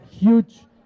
huge